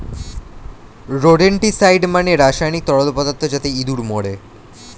rodenticide মানে রাসায়নিক তরল পদার্থ যাতে ইঁদুর মরে